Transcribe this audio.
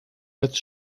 als